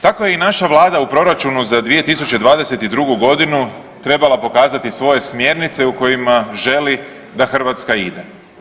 Takva je i naša Vlada u Proračunu za 2022. g. trebala pokazati svoje smjernice u kojima želi da Hrvatska ide.